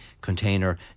container